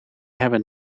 hebben